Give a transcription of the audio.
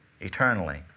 eternally